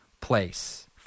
place